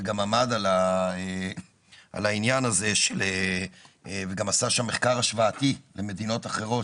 וגם עמד על העניין הזה וגם עשה שם מחקר השוואתי למדינות אחרות,